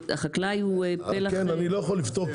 החקלאי הוא פלח --- אני לא יכול לפתור.